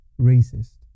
racist